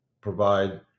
provide